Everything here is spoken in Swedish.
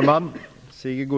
gång?